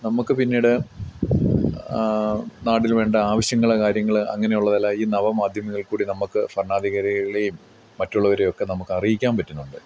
നമ്മുക്ക് പിന്നീട് നാടിന് വേണ്ട ആവശ്യങ്ങൾ കാര്യങ്ങൾ അങ്ങനെയുള്ളതെല്ലാം ഈ നവമാധ്യമങ്ങിൽ കൂടി നമുക്ക് ഭർണാധികരികളെയും മറ്റുള്ളവരെയൊക്കെ നമുക്ക് അറിയിക്കാൻ പറ്റുന്നുണ്ട്